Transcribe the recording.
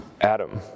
Adam